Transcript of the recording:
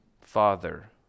Father